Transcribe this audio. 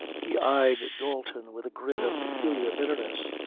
he eyed dalton with a grin of peculiar bitterness.